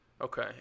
Okay